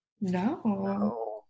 No